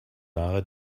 nahe